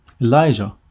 Elijah